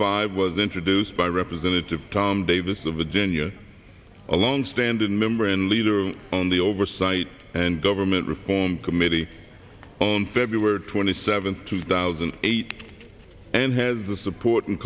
five was introduced by representative tom davis of virginia a long standing member and leader on the oversight and government reform committee on feb twenty seventh two thousand and eight and has the support and